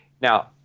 Now